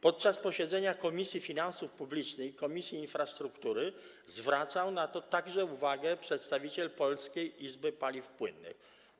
Podczas posiedzenia Komisji Finansów Publicznych i Komisji Infrastruktury zwracał na to uwagę także przedstawiciel Polskiej Izby Paliw Płynnych.